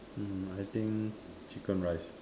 hmm I think chicken rice